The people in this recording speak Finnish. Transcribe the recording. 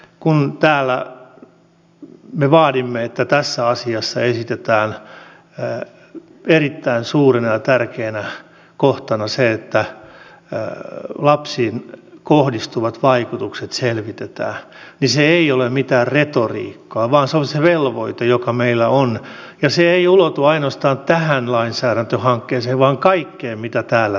kun täällä me vaadimme että tässä asiassa esitetään erittäin suurena ja tärkeänä kohtana se että lapsiin kohdistuvat vaikutukset selvitetään niin se ei ole mitään retoriikkaa vaan se on se velvoite joka meillä on ja se ei ulotu ainoastaan tähän lainsäädäntöhankkeeseen vaan kaikkeen mitä täällä tehdään